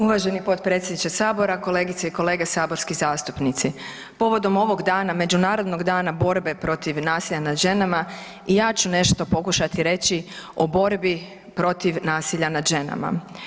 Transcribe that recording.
Uvaženi potpredsjedniče sabora, kolegice i kolege saborski zastupnici, povodom ovog dana Međunarodnog dana borbe protiv nasilja nad ženama i ja ću nešto pokušati reći o borbi protiv nasilja nad ženama.